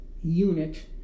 unit